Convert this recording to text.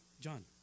john